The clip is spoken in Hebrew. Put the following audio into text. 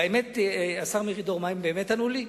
והאמת, השר מרידור, מה הם באמת ענו לי?